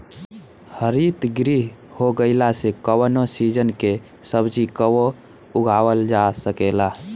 हरितगृह हो गईला से कवनो सीजन के सब्जी कबो उगावल जा सकेला